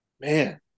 Man